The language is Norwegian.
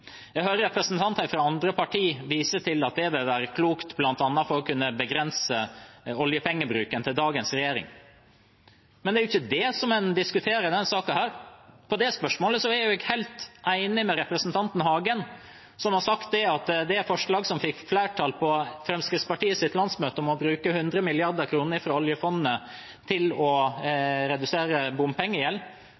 Jeg hører representanter fra andre partier vise til at det vil være klokt, bl.a. for å kunne begrense oljepengebruken til dagens regjering. Men det er ikke det en diskuterer i denne saken. I det spørsmålet er jeg helt enig med representanten Hagen, som har sagt at det forslaget som fikk flertall på Fremskrittspartiets landsmøte, om å bruke 100 mrd. kr av oljefondet til å